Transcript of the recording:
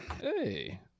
Hey